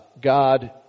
God